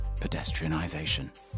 pedestrianisation